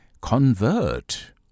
convert